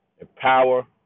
empower